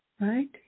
Right